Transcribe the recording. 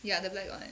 ya the black [one]